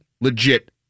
legit